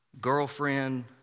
girlfriend